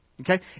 Okay